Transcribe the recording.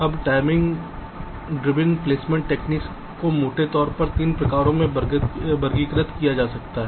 अब टाइमिंग संचालित प्लेसमेंट तकनीकों को मोटे तौर पर 3 प्रकारों में वर्गीकृत किया जा सकता है